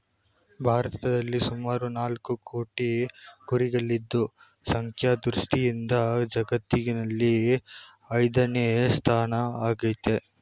ಭಾರತದಲ್ಲಿ ಸುಮಾರು ನಾಲ್ಕು ಕೋಟಿ ಕುರಿಗಳಿದ್ದು ಸಂಖ್ಯಾ ದೃಷ್ಟಿಯಿಂದ ಜಗತ್ತಿನಲ್ಲಿ ಐದನೇ ಸ್ಥಾನ ಆಯ್ತೆ